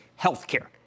healthcare